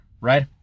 right